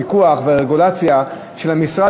הפיקוח והרגולציה של המשרד,